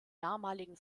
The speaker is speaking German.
damaligen